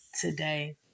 today